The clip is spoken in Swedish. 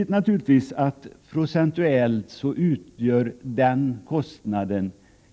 Det är naturligtvis riktigt att den kostnaden procentuellt sett utgör